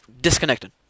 disconnected